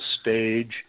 stage